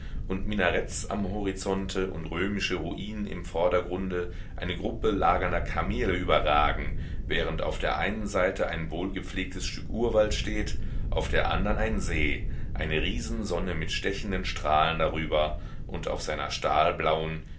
und minaretts am horizonte und römische ruinen im vordergrunde eine gruppe lagernder kamele überragen während auf der einen seite ein wohlgepflegtes stück urwald steht auf der andern ein see eine riesensonne mit stechenden strahlen darüber und auf seiner